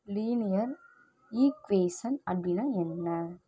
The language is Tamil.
லீனியர் ஈக்வேஷன் அப்டின்னா என்ன